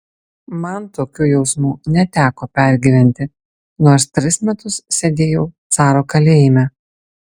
man tokių jausmų neteko pergyventi nors tris metus sėdėjau caro kalėjime